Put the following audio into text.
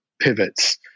pivots